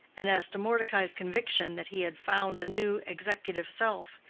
and as to mordecai's conviction that he had found a new executive self,